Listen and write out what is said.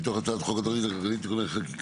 מתוך הצעת חוק התוכנית הכלכלית (תיקוני חקיקה